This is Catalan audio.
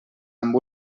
amb